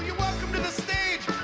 welcome to the stage